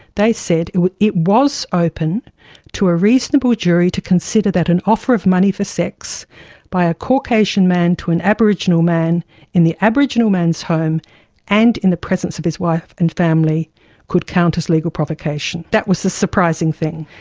they said it was it was open to a reasonable jury to consider that an offer of money for sex by a caucasian man to an aboriginal man in the aboriginal man's home and in the presence of his wife and family could count as legal provocation. that was the surprising thing.